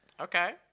Okay